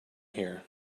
here